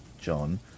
John